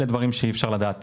אלה דברים שאי אפשר לדעת